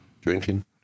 Drinking